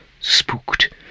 spooked